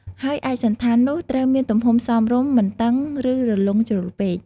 ហើយឯកសណ្ឋាននោះត្រូវមានទំហំសមរម្យ មិនតឹង ឬរលុងជ្រុលពេក។